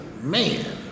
man